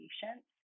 patients